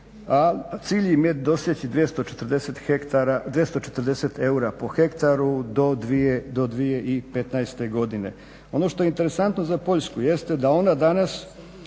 a cilj im je dostići 240 eura po hektaru do 2015. godine. Ono što je interesantno za Poljsku jeste da ona danas